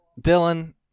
Dylan